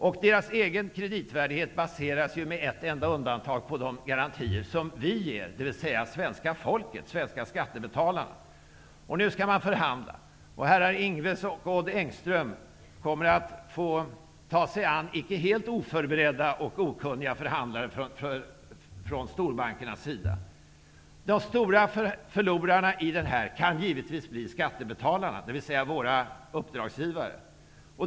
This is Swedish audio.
Bankernas egen kreditvärdighet baseras, med ett enda undantag, på de garantier som vi ger, dvs. svenska folket, de svenska skattebetalarna. Nu skall man förhandla, och herrar Stefan Ingves och Odd Engström kommer att få ta sig an icke helt oförberedda och icke okunniga förhandlare från storbankerna. De stora förlorarna kan givetvis bli skattebetalarna, dvs. våra uppdragsgivare.